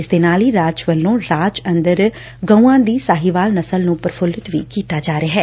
ਇਸ ਦੇ ਨਾਲ ਹੀ ਸਰਕਾਰ ਵੱਲੋਂ ਰਾਜ ਅੰਦਰ ਗਉਆਂ ਦੀ ਸਾਹੀਵਾਲ ਨਸਲ ਨੂੰ ਪ੍ਫ਼ੁਲਤ ਕੀਤਾ ਜਾ ਰਿਹੈ